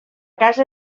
casa